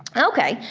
okay,